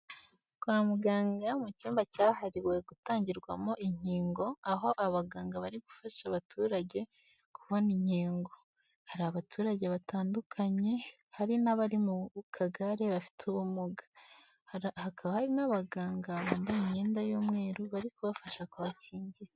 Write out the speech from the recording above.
Kwa muganga, mu cyumba cyahariwe gutangirwamo inkingo, aho abaganga bari gufasha abaturage kubona inkingo. Hari abaturage batandukanye, hari n'abari mu kagare, bafite ubumuga. Hakaba hari n'abaganga bambaye imyenda y'umweru, bari kubafasha kubakingira.